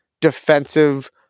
defensive